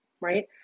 right